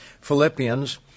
Philippians